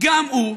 גם הוא,